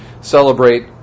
celebrate